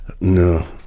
no